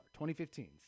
2015